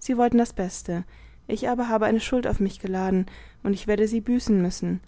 sie wollten das beste ich aber habe eine schuld auf mich geladen und ich werde sie büßen müssen